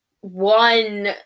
one